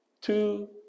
two